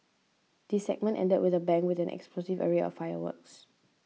the segment ended with a bang with an explosive array of fireworks